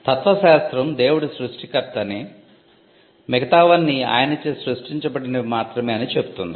తత్వశాస్త్రం దేవుడు సృష్టికర్త అని మిగతావన్నీ ఆయనచే సృష్టించబడినవి మాత్రమే అని చెపుతుంది